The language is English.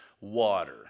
water